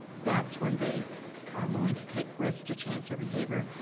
that's when they are willing to take risks to change their behavior.